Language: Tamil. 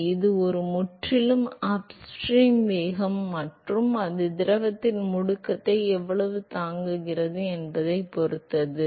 எனவே இது முற்றிலும் அப்ஸ்ட்ரீம் வேகம் மற்றும் அது திரவத்தின் முடுக்கத்தை எவ்வளவு தாங்குகிறது என்பதைப் பொறுத்தது